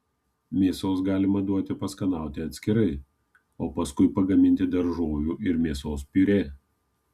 mėsos galima duoti paskanauti atskirai o paskui pagaminti daržovių ir mėsos piurė